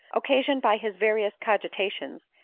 occasioned by his various cogita tions,